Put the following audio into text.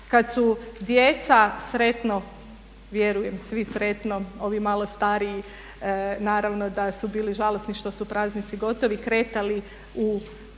kad su djeca sretno, vjerujem svi sretno, ovi malo stariji naravno da su bili žalosni što su praznici gotovi kretali u školske